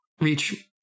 Reach